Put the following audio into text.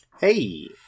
Hey